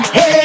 Hey